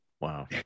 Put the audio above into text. Wow